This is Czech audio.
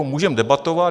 Můžeme debatovat.